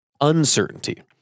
uncertainty